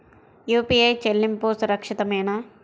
UPI చెల్లింపు సురక్షితమేనా?